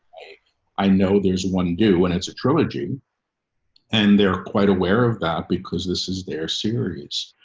i know there's one due when it's a trilogy and they're quite aware of that because this is their series.